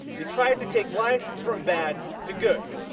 you try to take life from bad to good.